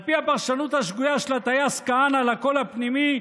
על פי הפרשנות השגויה של הטייס כהנא לקול הפנימי,